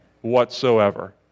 whatsoever